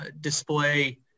display